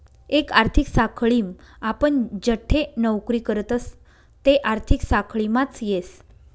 एक आर्थिक साखळीम आपण जठे नौकरी करतस ते आर्थिक साखळीमाच येस